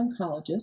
oncologist